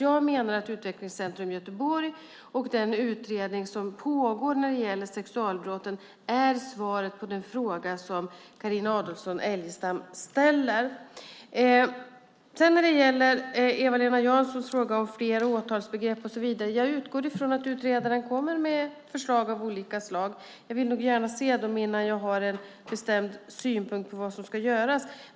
Jag menar att Utvecklingscentrum i Göteborg och den utredning som pågår när det gäller sexualbrotten är svaret på den fråga som Carina Adolfsson Elgestam ställer. När det gäller Eva-Lena Janssons fråga om fler åtalsbegrepp utgår jag från att utredaren kommer med förslag av olika slag. Jag vill nog gärna se dem innan jag har en bestämd synpunkt om vad som ska göras.